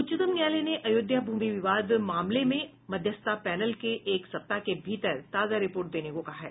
उच्चतम न्यायालय ने अयोध्या भूमि विवाद मामले में मध्यस्थता पैनल से एक सप्ताह के भीतर ताजा रिपोर्ट देने को कहा है